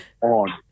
on